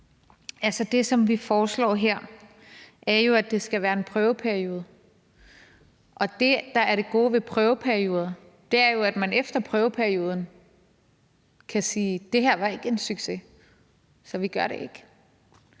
Det, vi foreslår her, er jo, at det skal være en prøveperiode, og det, der er det gode ved prøveperioder, er, at man efter prøveperioden kan sige, at det her ikke var en succes, så vi gør det ikke.